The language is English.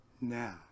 now